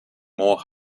more